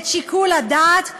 את שיקול הדעת,